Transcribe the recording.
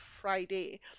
Friday